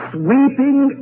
sweeping